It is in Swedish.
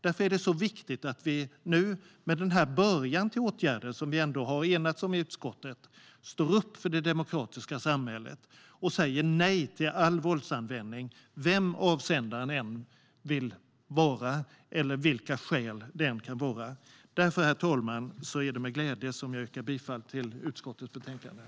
Därför är det så viktigt att vi nu, med den början till åtgärder som vi ändå enats om i utskottet, står upp för det demokratiska samhället och säger nej till all våldsanvändning, vem avsändaren än vill vara eller vilka skäl det än kan vara. Det är därför med glädje, herr talman, som jag yrkar bifall till utskottets förslag i betänkandet.